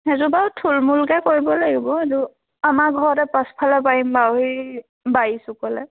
সেইটো বাৰু থুলমূলকে কৰিব লাগিব এইটো আমাৰ ঘৰতে পাছফালে পাৰিম বাৰু সেই বাৰীৰ চুকলৈ